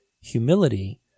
humility